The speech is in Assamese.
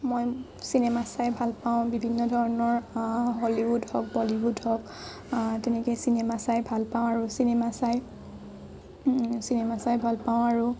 মই চিনেমা চাই ভাল পাওঁ বিভিন্ন ধৰণৰ হলিউড হওঁক বলিউড হওঁঁক তেনেকৈ চিনেমা চাই ভাল পাওঁ আৰু চিনেমা চাই চিনেমা চাই ভাল পাওঁ আৰু